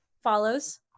follows